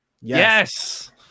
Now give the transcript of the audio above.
Yes